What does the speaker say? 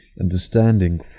understanding